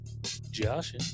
josh